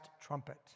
trumpet